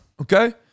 Okay